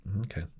Okay